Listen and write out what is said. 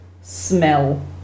smell